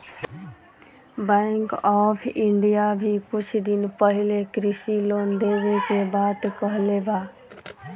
bank of India भी कुछ दिन पाहिले कृषि लोन देवे के बात कहले बा